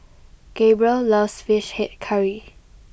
Gabrielle loves Fish Head Curry